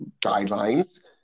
guidelines